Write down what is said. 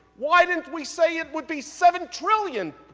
why didn't we say it would be seven trillion?